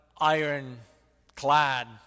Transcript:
iron-clad